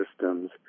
systems